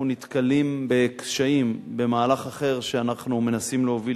אנחנו נתקלים בקשיים במהלך אחר שאנחנו מנסים להוביל,